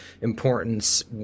importance